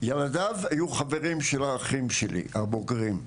ילדיו היו חברים של האחים הבוגרים שלי.